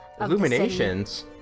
Illuminations